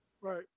Right